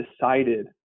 decided